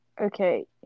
Okay